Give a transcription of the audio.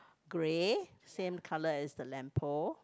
grey same colour as the lamp pole